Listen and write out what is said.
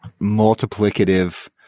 multiplicative